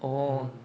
mm